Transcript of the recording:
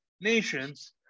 nations